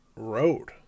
road